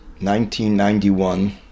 1991